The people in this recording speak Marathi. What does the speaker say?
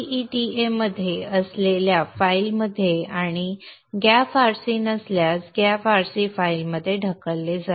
gEDA मध्ये असलेल्या फाइलमध्ये आणि gaf rc नसल्यास gaf rc फाइलमध्ये ढकलले जाईल